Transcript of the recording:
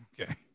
Okay